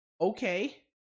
Okay